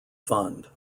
fund